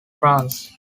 france